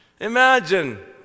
Imagine